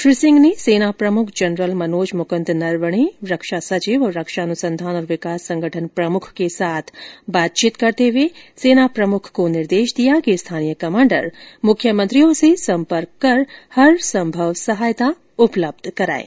श्री सिंह ने सेना प्रमुख जनरल मनोज मुकद नरवणे रक्षा सचिव तथा रक्षा अनुसंधान और विकास संगठन प्रमुख के साथ बातचीत करते हुए सेना प्रमुख को निर्देश दिया कि स्थानीय कमांडर मुख्यमंत्रियों से संपर्क कर हर संभव सहायता उपलब्ध कराएं